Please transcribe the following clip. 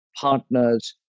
partners